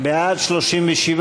להביע אי-אמון בממשלה לא נתקבלה.